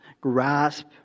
grasp